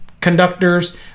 conductors